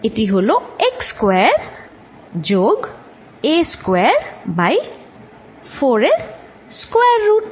এটি হলো x square যোগ a স্কয়ার বাই 4 এর স্কয়ার রুট